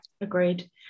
agreed